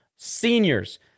seniors